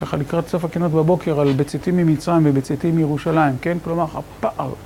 ככה לקראת סוף הקינות בבוקר על בצאתי ממצרים ובצאתי מירושלים, כן? כלומר, הפער.